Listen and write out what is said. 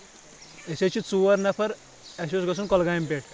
أسۍ حظ چھِ ژور نفر اَسہِ اوس گژھُن کۄلگامہِ پؠٹھ